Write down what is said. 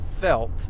felt